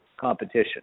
competition